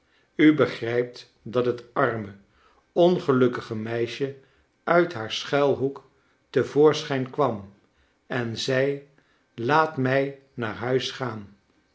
u begrijpt dat het arme ongelukkige meisje uit haar schuilhoek te voorschijn kwam en zei laat mij naar huis gaan